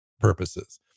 purposes